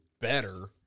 better